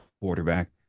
quarterback